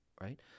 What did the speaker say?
right